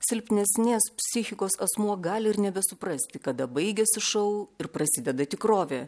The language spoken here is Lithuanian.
silpnesnės psichikos asmuo gali ir nebesuprasti kada baigiasi šou ir prasideda tikrovė